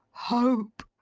hope,